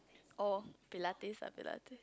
oh pilates ah pilates